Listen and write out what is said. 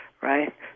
right